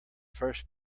first